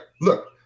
look